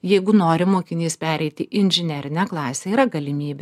jeigu nori mokinys pereiti į inžinerinę klasę yra galimybė